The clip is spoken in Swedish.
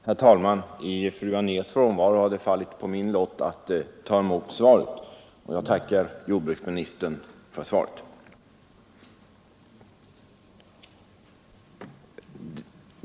Herr talman! I fru Anérs frånvaro har det fallit på min lott att ta emot svaret, och jag tackar jordbruksministern för svaret.